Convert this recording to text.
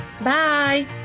Bye